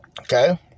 Okay